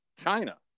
China